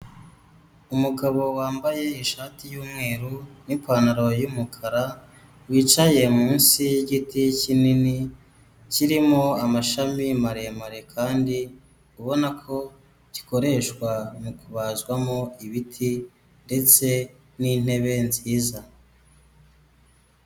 Umugabo wambaye ishati y'umweru n'ipantaro y'umukara wicaye munsi yigiti kinini kirimo amashami maremare kandi ubona ko gikoreshwa mu kubazwamo ibiti ndetse n'intebe nziza.